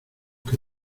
que